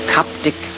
Coptic